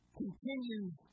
continues